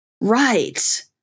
right